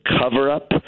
cover-up